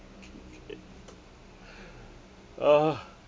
uh